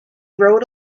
rode